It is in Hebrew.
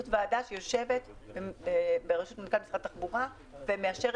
זו ועדה שיושבת בראשות מנכ"ל משרד התחבורה ומאשרת